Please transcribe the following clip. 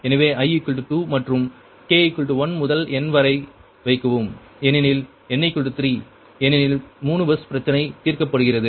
எனவே i 2 மற்றும் k 1 முதல் n வரை வைக்கவும் ஏனெனில் n 3 ஏனெனில் 3 பஸ் பிரச்சனை தீர்க்கப்படுகிறது